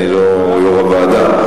אני לא יושב-ראש הוועדה.